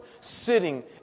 sitting